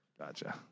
gotcha